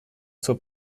zur